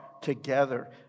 together